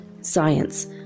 science